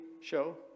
Show